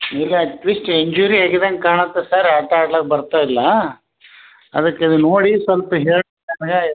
ಈಗ at least injury ಆಗಿದಂಗೆ ಕಾಣತ್ತೆ ಸರ್ ಆಟ ಆಡ್ಲು ಬರ್ತಾಯಿಲ್ಲ ಅದಕ್ಕೆ ಇಲ್ಲಿ ನೋಡಿ ಸ್ವಲ್ಪ ಹೇಳಿ ನನಗೆ